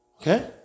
Okay